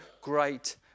great